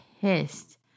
pissed